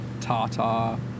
Tata